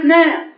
now